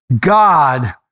God